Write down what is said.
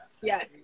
Yes